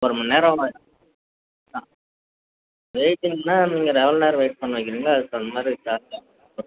ஒரு மணிநேரம் வெயிட்டிங்னால் நீங்க எவ்வளோ நேரம் வெயிட் பண்ண வக்கிறீங்களோ அதுக்குத் தகுந்தமாதிரி சார்ஜ்